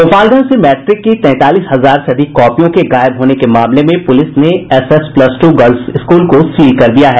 गोपालगंज से मैट्रिक की तैंतालीस हजार से अधिक कॉपियों के गायब होने के मामले में पुलिस ने SS plus two girls school को सील कर दिया है